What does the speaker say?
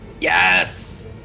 yes